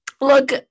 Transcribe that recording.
Look